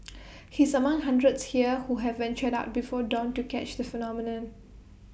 he is among hundreds here who have ventured out before dawn to catch the phenomenon